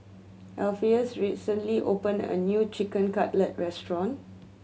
Alpheus recently opened a new Chicken Cutlet Restaurant